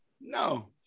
No